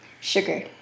Sugar